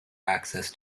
access